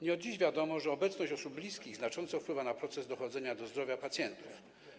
Nie od dziś wiadomo, że obecność osób bliskich znacząco wpływa na proces dochodzenia do zdrowia pacjentów.